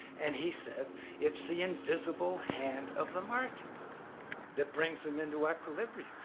and he says it's the invisible hand of the market that brings them into equilibrium.